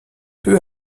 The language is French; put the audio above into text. peu